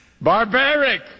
Barbaric